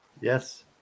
Yes